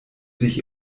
sich